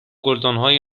گلدانهای